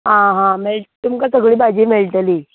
आं हां मेळट तुमका सगळीं भाजी मेळटली